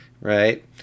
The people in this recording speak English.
Right